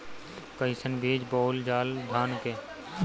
कईसन बीज बोअल जाई धान के?